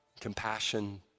compassion